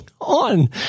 on